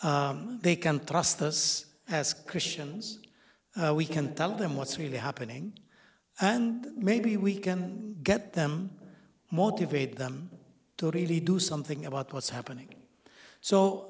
christ they can trust us as christians we can tell them what's really happening and maybe we can get them motivate them to really do something about what's happening so